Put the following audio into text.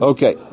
Okay